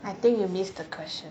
I think you missed the question